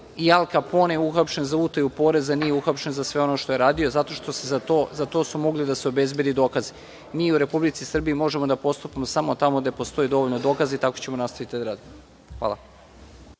i Al Kapone je uhapšen, za utaju poraza nije uhapšen za sve ono što je radio zato što su za to mogli da se obezbede dokazi. Mi u Republici Srbiji možemo da postupamo samo tamo gde postoji dovoljno dokaza i tako ćemo nastaviti da radimo. Hvala